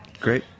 Great